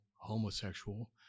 homosexual